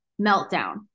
meltdown